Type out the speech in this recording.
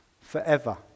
forever